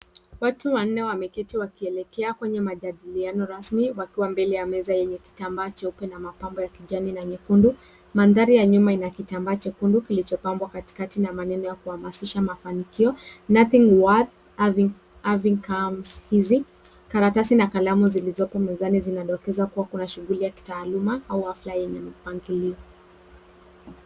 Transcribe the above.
Watu wanne wameketi wakielekea kwenye majadiliano rasmi wakiwa mbele ya meza yenye kitambaa cheupe na mapambo ya kijani na nyekundu. Mandhari ya nyuma ina kitambaa chekundu kilichopambwa katikati na maneno yakuhamasisha mafanikio NOTHING WORTH HAVING COMES EASY .Karatasi na kalamu zilizopo mezani zinadokeza kuwa kuna shunguli ya kitaaluma au hafla yenye mpangilio.